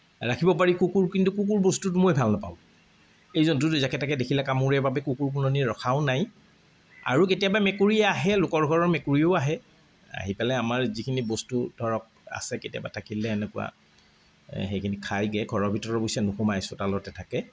ৰাখিব পাৰি কুকুৰ কিন্তু কুকুৰ বস্তুটো মই ভাল নাপাওঁ এই জন্তুটোৱে যাকে তাকে দেখিলে কামুৰে বাবে কুকুৰ কোনোদিন ৰখাও নাই আৰু কেতিয়াবা মেকুৰী আহে লোকৰ ঘৰৰ মেকুৰীও আহে আহি পেলাই আমাৰ যিখিনি বস্তু ধৰক আছে কেতিয়াবা থাকিলে এনেকুৱা সেইখিনি খাইগৈ ঘৰৰ ভিতৰত অৱশ্য়ে নোসোমায় চোতালতে থাকে